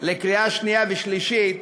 לקריאה שנייה ושלישית,